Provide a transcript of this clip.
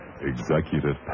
executive